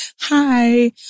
hi